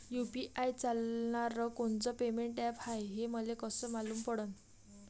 UPI चालणारं कोनचं payment app हाय, हे मले कस मालूम पडन?